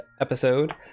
episode